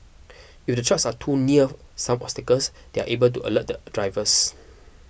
if the trucks are too near some obstacles they are able to alert the drivers